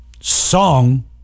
Song